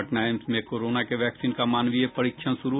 Patna AIIMS में corona के vaccine का मानवीय परीक्षण शुरू